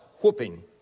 whooping